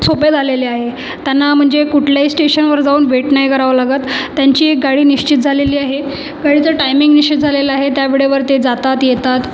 सोपे झालेले आहे त्यांना म्हणजे कुठल्याही स्टेशनवर जाऊन वेट नाही करावा लागतं त्यांची एक गाडी निश्चित झालेली आहे गाडीचा टायमिंग निश्चित झालेला आहे त्या वेळेवर ते जातात येतात